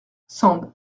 sand